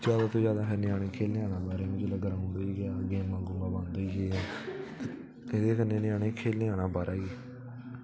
जादा तो जादा असैं ञ्यानें खेलने जाना ते मिगी लगदा की अगर गेमां गुमां बंद होई गे एह्दे कन्नै ञ्यानें खेलने जाना बाह्रै ई